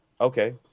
Okay